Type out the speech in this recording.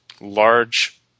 large